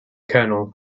colonel